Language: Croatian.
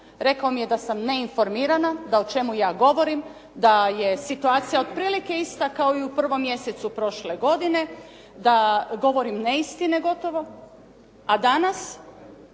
rekao mi je da sam neinformirana, da o čemu ja govorim, da je situacija otprilike ista kao i u prvom mjesecu prošle godine, da govorim neistine gotovo a danas